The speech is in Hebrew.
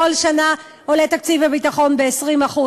כל שנה עולה תקציב הביטחון ב-20%,